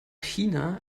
china